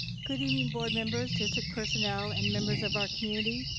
good evening board members, district personnel and members of our community.